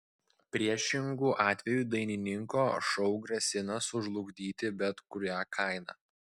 priešingu atveju dainininko šou grasina sužlugdyti bet kuria kaina